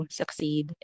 succeed